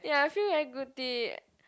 ya I feel very guilty